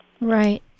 right